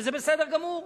וזה בסדר גמור,